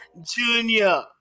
Junior